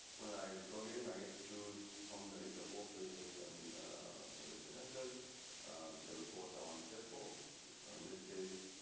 when i log in i get to choose from the list of workspaces and for this credential the reports. i want to test for so in this case,